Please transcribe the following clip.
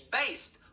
based